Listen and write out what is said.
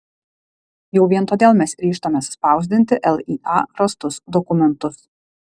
jau vien todėl mes ryžtamės spausdinti lya rastus dokumentus